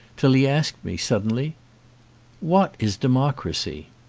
till he asked me suddenly what is democracy?